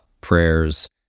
prayers